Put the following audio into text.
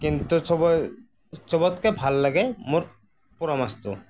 কিন্তু চবৰ চবতকৈ ভাল লাগে মোৰ পুৰা মাছটো